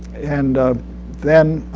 and then